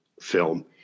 film